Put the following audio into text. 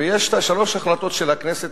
ויש שלוש ההחלטות של הכנסת,